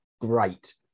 great